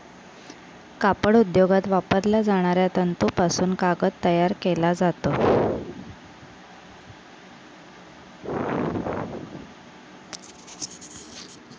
कापड उद्योगात वापरल्या जाणाऱ्या तंतूपासून कागद तयार केला जातो